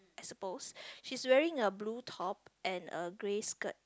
supposed she is wearing a blue top and a grey skirt